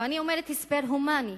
ואני אומרת הסבר הומני,